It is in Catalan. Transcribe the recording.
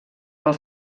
pel